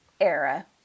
era